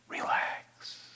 relax